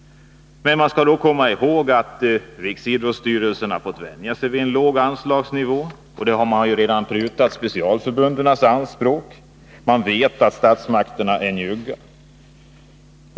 Men då skall vi komma ihåg att riksidrottsstyrelsen har fått vänja sig vid en låg anslagsnivå. Man har redan prutat på specialförbundens anspråk. Man vet att statsmakterna är njugga.